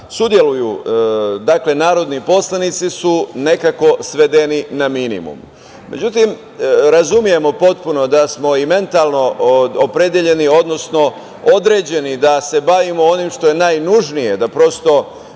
sudeluju narodni poslanici su nekako svedeni na minimum. Međutim, razumemo potpuno da smo i mentalno opredeljeni, odnosno određeni da se bavimo onim što je najnužnije, da prosto